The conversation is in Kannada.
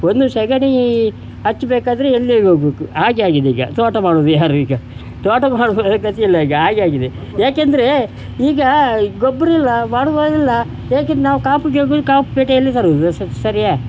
ಒಂದು ಸಗಣಿ ಅಚ್ಚು ಬೇಕಾದರೆ ಎಲ್ಲಿಗೋಗ್ಬೇಕು ಹಾಗೆ ಆಗಿದೆ ಈಗ ತೋಟ ಮಾಡೋದು ಯಾರೀಗ ತೋಟ ಮಾಡುವವರ ಗತಿ ಇಲ್ಲ ಈಗ ಹಾಗೆ ಆಗಿದೆ ಯಾಕೆಂದರೆ ಈಗ ಗೊಬ್ರ ಇಲ್ಲ ಮಾಡುವರಿಲ್ಲ ಯಾಕಂದ್ರೆ ನಾವು ಕಾಪುಗೋಗಿ ಕಾಪು ಪೇಟೆಯಲ್ಲಿ ತರೋದು ಸರಿಯ